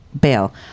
bail